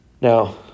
Now